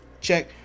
check